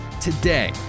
today